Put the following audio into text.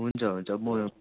हुन्छ हुन्छ म